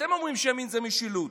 אתם אומרים שימין זה משילות.